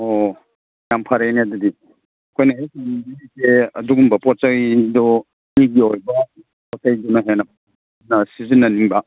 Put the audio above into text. ꯑꯣ ꯌꯥꯝ ꯐꯔꯦꯅꯦ ꯑꯗꯨꯗꯤ ꯑꯩꯈꯣꯏꯅ ꯍꯦꯛ ꯑꯗꯨꯒꯨꯝꯕ ꯄꯣꯠ ꯆꯩꯗꯣ ꯂꯤꯒꯤ ꯑꯣꯏꯕ ꯄꯣꯠ ꯆꯩꯗꯨꯅ ꯍꯦꯟꯅ ꯁꯤꯖꯤꯟꯅꯅꯤꯡꯕ